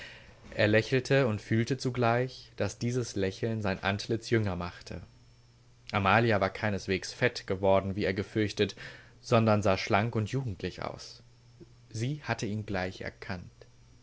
er lächelte und fühlte zugleich daß dieses lächeln sein antlitz jünger machte amalia war keineswegs fett geworden wie er gefürchtet sondern sah schlank und jugendlich aus sie hatte ihn gleich erkannt